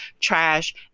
trash